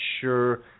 sure